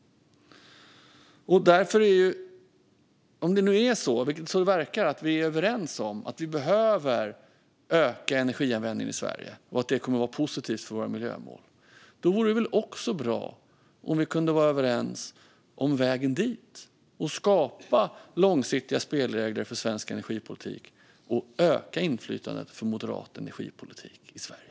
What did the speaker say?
Vi verkar vara överens om att elanvändningen i Sverige behöver öka och att det kommer att vara positivt för våra miljömål. Då vore det bra om vi också kunde vara överens om vägen dit och skapa långsiktiga spelregler för svensk energipolitik och öka inflytandet för moderat energipolitik i Sverige.